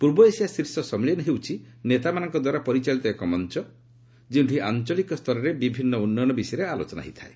ପୂର୍ବ ଏସିଆ ଶୀର୍ଷ ସମ୍ମିଳନୀ ହେଉଛି ନେତାମାନଙ୍କ ଦ୍ୱାରା ପରିଚାଳିତ ଏକ ମଞ୍ଚ ଯେଉଁଠି ଆଞ୍ଚଳିକ ସ୍ତରରେ ବିଭିନ୍ନ ଉନ୍ନୟନ ବିଷୟରେ ଆଲୋଚନା ହୋଇଥାଏ